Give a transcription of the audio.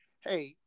Hey